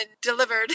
delivered